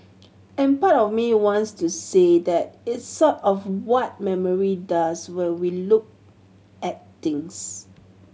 and part of me wants to say that it's sort of what memory does when we look at things